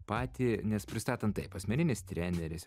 patį nes pristatant taip asmeninis treneris